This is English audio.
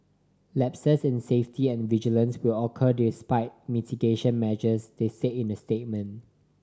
lapses in safety and vigilance will occur despite mitigation measures they said in a statement